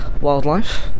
wildlife